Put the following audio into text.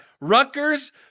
Rutgers